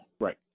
right